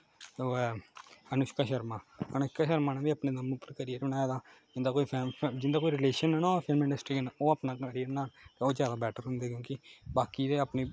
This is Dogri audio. ओह् ऐ अनुष्का शर्मा अनुष्का शर्मा ने बी अपने दम उप्पर करियै गै बनाए दा उंदा कोई फैमली जिंदा कोई रिलेशन नेईं ना होऐ फिल्म इंडस्ट्री कन्नै ओह् अपना कैरियर बनाना ओह् ज्यादा बेटर होंदे क्योंकि बाकी जेह्ड़े अपनी